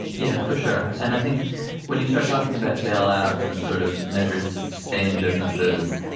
yeah, for sure. and i think when you start talking about bailouts and sort of measures to sustain businesses,